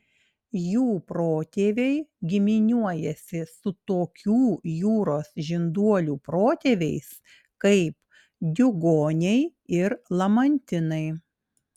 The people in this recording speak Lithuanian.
jų protėviai giminiuojasi su tokių jūros žinduolių protėviais kaip diugoniai ir lamantinai